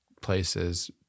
places